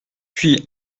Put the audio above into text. puis